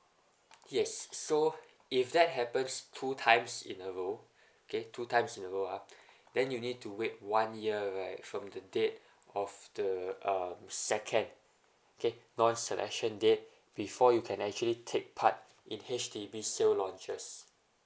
yes so if that happens two times in a row okay two times in a row ah then you need to wait one year right from the date of the uh second okay non selection date before you can actually take part in H_D_B sale launches